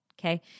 okay